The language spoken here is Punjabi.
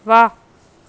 ਵਾਹ